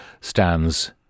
stands